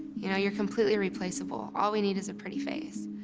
you know you're completely replaceable. all we need is a pretty face.